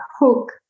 hook